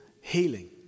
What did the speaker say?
healing